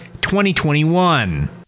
2021